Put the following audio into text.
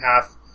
half